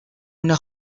una